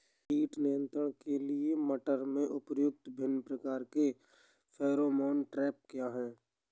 कीट नियंत्रण के लिए मटर में प्रयुक्त विभिन्न प्रकार के फेरोमोन ट्रैप क्या है?